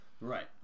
Right